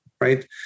right